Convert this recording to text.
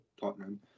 Tottenham